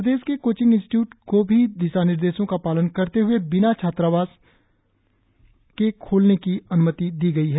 प्रदेश के coaching institute को भी दिशा निर्देशो का पालन करते हुए बिना छात्रावास के खोलने की अनुमति दी गई है